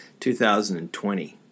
2020